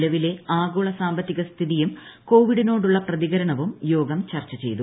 നിലവിലെ ആഗോള സാമ്പത്തിക സ്ഥിതിയും കോവിഡിനോടുള്ള പ്രതികരണവും യോഗം ചർച്ച ചെയ്തു